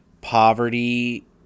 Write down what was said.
poverty